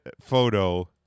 photo